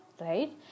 right